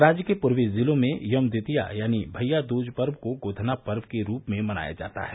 राज्य के पूर्वी जिलों में यम द्वितीया यानी भइया दूज पर्व को गोधना पर्व के रूप में मनाया जाता है